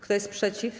Kto jest przeciw?